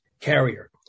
carrier